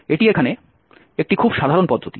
এটি এখানে একটি খুব সাধারণ পদ্ধতি